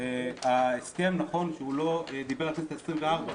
נכון שההסכם לא דיבר על הכנסת העשרים-וארבע,